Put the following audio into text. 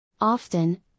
Often